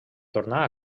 tornà